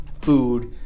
food